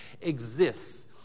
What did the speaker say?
exists